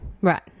Right